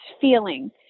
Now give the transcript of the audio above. feeling